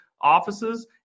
offices